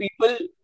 people